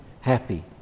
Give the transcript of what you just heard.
happy